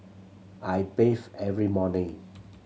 I bathe every morning